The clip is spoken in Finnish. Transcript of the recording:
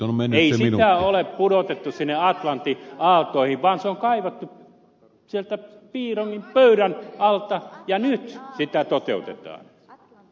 ei sitä ole pudotettu sinne atlantin aaltoihin vaan se on kaivettu sieltä piirongin pöydän alta ja niihin pitää toteuteta